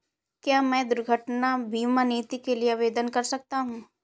क्या मैं दुर्घटना बीमा नीति के लिए आवेदन कर सकता हूँ?